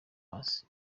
hasi